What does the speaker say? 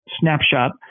snapshot